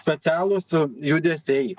specialūs judesiai